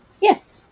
Yes